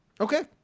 Okay